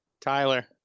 Tyler